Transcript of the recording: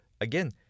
again